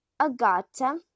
Agata